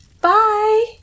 Bye